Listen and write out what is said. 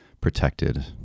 protected